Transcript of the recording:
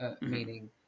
Meaning